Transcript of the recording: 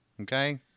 okay